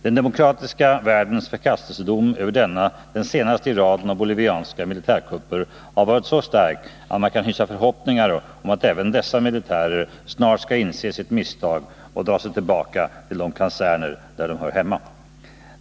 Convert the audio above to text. Den demokratiska världens förkastelsedom över denna den senaste i raden av bolivianska militärkupper har varit så stark att man kan hysa förhoppningar om att även dessa militärer snart skall inse sitt misstag och dra sig tillbaka till de kaserner där de hör hemma.